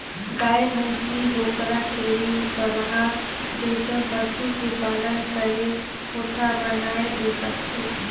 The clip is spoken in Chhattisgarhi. गाय, भइसी, बोकरा, छेरी, बरहा जइसन पसु के पालन करे कोठा बनाये ले परथे